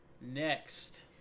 Next